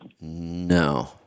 No